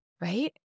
right